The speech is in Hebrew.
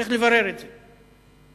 צריך לברר את זה.